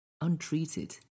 untreated